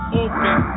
open